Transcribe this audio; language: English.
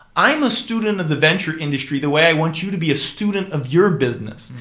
i am a student of the venture industry the way i want you to be a student of your business.